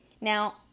Now